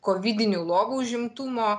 kovidinių lovų užimtumo